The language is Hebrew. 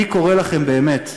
אני קורא לכם באמת: